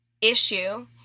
issue